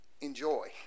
enjoy